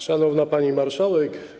Szanowna Pani Marszałek!